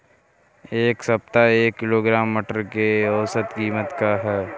एक सप्ताह एक किलोग्राम मटर के औसत कीमत का ह?